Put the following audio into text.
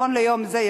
נכון ליום זה,